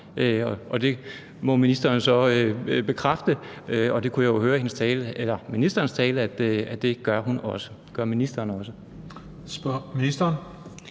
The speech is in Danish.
det må ministeren så bekræfte, og jeg kunne jo høre på ministerens tale, at det gør ministeren også.